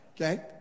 Okay